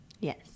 Yes